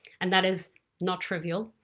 and that is not trivial.